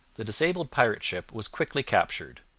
the disabled pirate ship was quickly captured,